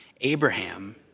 Abraham